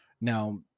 Now